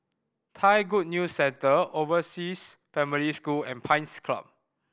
Thai Good News Centre Overseas Family School and Pines Club